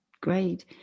Great